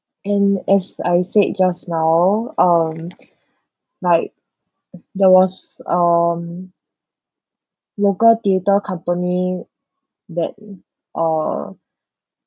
and as I said just now um like there was um local theatre company that uh